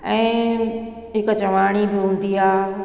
ऐं हिकु जवाणी बोलदी आहे